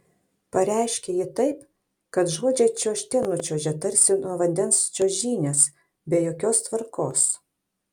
pareiškia ji taip kad žodžiai čiuožte nučiuožia tarsi nuo vandens čiuožynės be jokios tvarkos